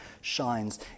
shines